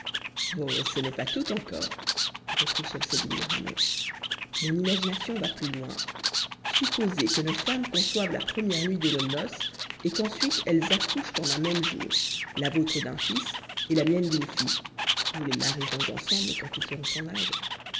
oh ce n'est pas tout encore reprit schemseddin mohammed mon imagination va plus loin supposé que nos femmes conçoivent la première nuit de nos noces et qu'ensuite elles accouchent en un même jour la vôtre d'un fils et la mienne d'une fille nous les marierons ensemble quand ils seront en âge